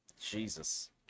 Jesus